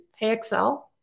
AXL